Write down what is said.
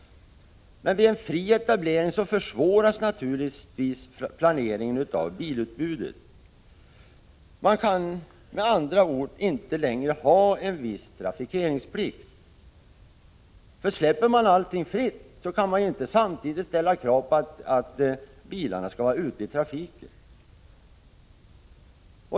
Men vid en fri etablering försvåras naturligtvis planeringen av bilutbudet. Man kan med andra ord inte längre ha en viss trafikeringsplikt. Släpper man allting fritt, kan man ju inte samtidigt ställa krav på att bilarna skall vara ute i trafiken.